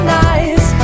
nice